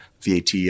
VAT